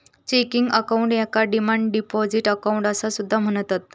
checking account याका demand deposit account असा सुद्धा म्हणतत